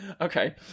Okay